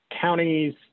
counties